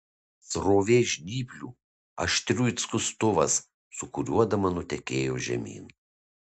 srovė žnyplių aštrių it skustuvas sūkuriuodama nutekėjo žemyn